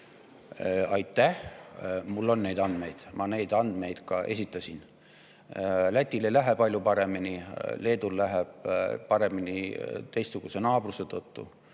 Aitäh! Mul on neid andmeid, neid andmeid ma ka esitasin. Lätil ei lähe palju paremini, Leedul läheb paremini teistsuguse naabruse tõttu,